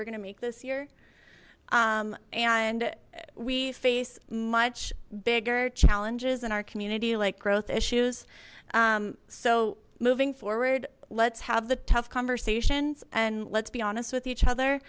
we're going to make this year and and we face much bigger challenges in our community like growth issues so moving forward let's have the tough conversations and let's be honest with each